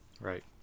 Right